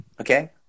Okay